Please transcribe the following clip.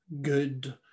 good